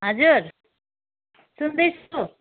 हजुर सुन्दैछु